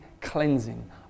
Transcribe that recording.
cleansing